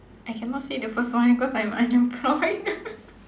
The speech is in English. I cannot say the first one because I'm unemployed